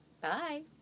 Bye